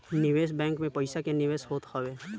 निवेश बैंक में पईसा के निवेश होत हवे